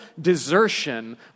desertion